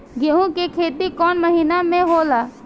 गेहूं के खेती कौन महीना में होला?